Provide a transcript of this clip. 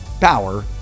power